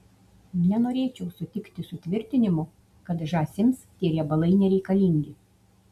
nenorėčiau sutikti su tvirtinimu kad žąsims tie riebalai nereikalingi